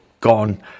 gone